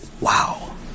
Wow